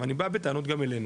אבל אני בא בטענות גם אלינו,